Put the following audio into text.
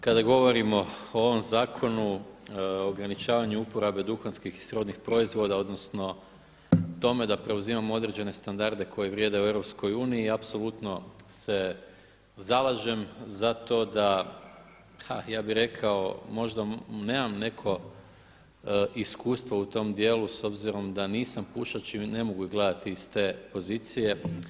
Kada govorimo o ovom Zakonu o ograničavanju uporabe duhanskih i srodnih proizvoda, odnosno tome da preuzimamo određene standarde koji vrijede u EU apsolutno se zalažem za to da, ha ja bih rekao možda nemam neko iskustvo u tom dijelu s obzirom da nisam pušač i ne mogu gledati iz te pozicije.